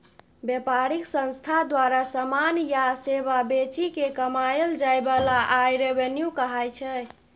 बेपारिक संस्था द्वारा समान या सेबा बेचि केँ कमाएल जाइ बला आय रेवेन्यू कहाइ छै